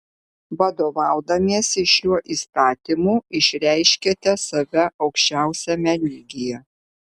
vadovaudamiesi šiuo įstatymu išreiškiate save aukščiausiame lygyje